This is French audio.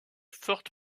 forte